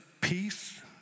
peace